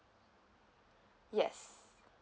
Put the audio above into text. yes